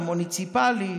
ומוניציפלי,